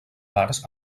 parts